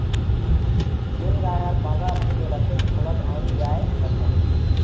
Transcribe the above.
जेन गाय पंडरा रंग के रथे ओला धंवरी गाय कथें